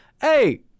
Hey